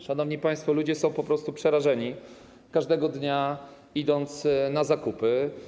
Szanowni państwo, ludzie są po prostu przerażeni, każdego dnia idąc na zakupy.